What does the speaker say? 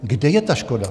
Kde je ta škoda?